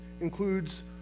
includes